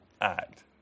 act